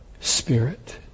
Spirit